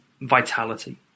vitality